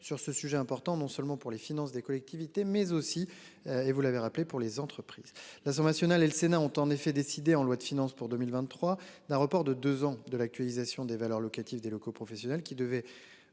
sur ce sujet important non seulement pour les finances des collectivités mais aussi, et vous l'avez rappelé, pour les entreprises la sont nationale et le sénat ont en effet décidé en loi de finances pour 2023, d'un report de 2 ans de l'actualisation des valeurs locatives des locaux professionnels qui devait